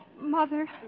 Mother